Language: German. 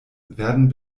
werden